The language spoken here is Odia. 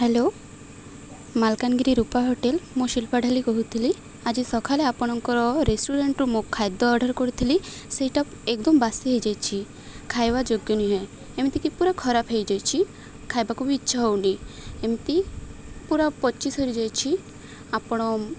ହ୍ୟାଲୋ ମାଲକାନଗିରି ରୂପା ହୋଟେଲ୍ ମୁଁ ଶିଳ୍ପା ଢ଼ାଲି କହୁଥିଲି ଆଜି ସଖାଲେ ଆପଣଙ୍କର ରେଷ୍ଟୁରାଣ୍ଟରୁ ମୁଁ ଖାଦ୍ୟ ଅର୍ଡ଼ର୍ କରିଥିଲି ସେଇଟା ଏକଦମ୍ ବାସି ହେଇଯାଇଛି ଖାଇବା ଯୋଗ୍ୟ ନୁହେଁ ଏମିତିକି ପୁରା ଖରାପ ହେଇଯାଇଛି ଖାଇବାକୁ ବି ଇଚ୍ଛା ହଉନି ଏମିତି ପୁରା ପଚି ସଢ଼ି ଯାଇଛି ଆପଣ